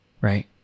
right